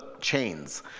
chains